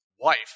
wife